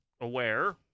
aware